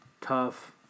Tough